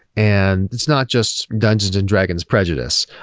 and it's not just dungeons and dragons prejudice.